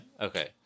Okay